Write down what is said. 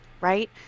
right